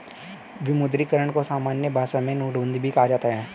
विमुद्रीकरण को सामान्य भाषा में नोटबन्दी भी कहा जाता है